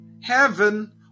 Heaven